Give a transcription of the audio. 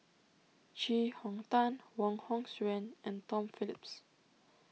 Chee Hong Tat Wong Hong Suen and Tom Phillips